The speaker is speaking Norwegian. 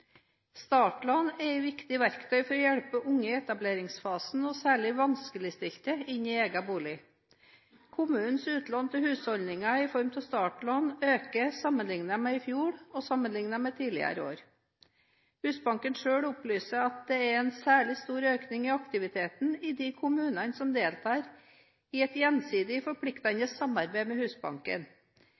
Startlån er et viktig verktøy for å hjelpe unge i etableringsfasen, og særlig vanskeligstilte, inn i egen bolig. Kommunens utlån til husholdninger i form av startlån øker sammenliknet med i fjor, og sammenliknet med tidligere år. Husbanken selv opplyser at det er en særlig stor økning i aktiviteten i de kommunene som deltar i et gjensidig forpliktende samarbeid med Husbanken.